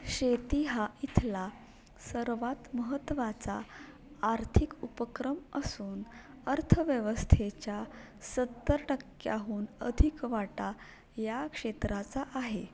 शेती हा इथला सर्वात महत्त्वाचा आर्थिक उपक्रम असून अर्थव्यवस्थेच्या सत्तर टक्क्याहून अधिक वाटा या क्षेत्राचा आहे